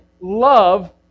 love